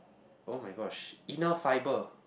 oh-my-gosh inner fibre